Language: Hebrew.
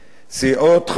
סיעות חד"ש,